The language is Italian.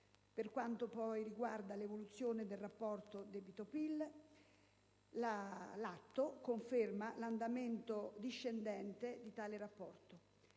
Per quanto riguarda poi l'evoluzione del rapporto debito-PIL, l'atto conferma l'andamento discendente di tale rapporto.